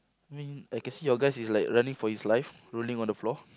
I mean I can see your guys is like running for his life rolling on the floor